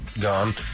gone